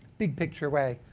big-picture way.